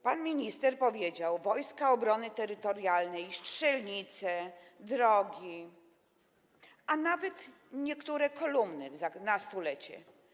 Pan minister powiedział: Wojska Obrony Terytorialnej, strzelnice, drogi, a nawet niektóre kolumny na stulecie.